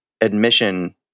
admission